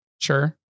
Sure